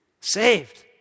Saved